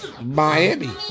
Miami